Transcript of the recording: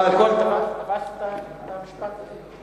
תפסת את המשפט הזה?